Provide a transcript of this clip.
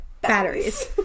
batteries